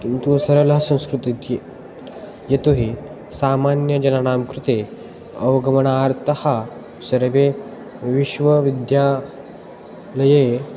किन्तु सरलं संस्कृतम् इति यतो हि सामान्यजनानां कृते अवगमनार्थं सर्वे विश्वविद्यालये